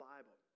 Bible